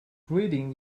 breeding